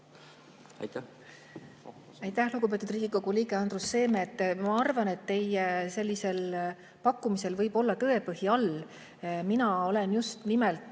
Aitäh!